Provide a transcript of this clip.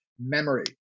Memory